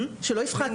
עד